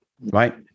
Right